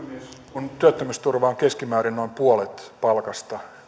kun nyt työttömyysturva on keskimäärin noin puolet palkasta